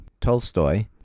Tolstoy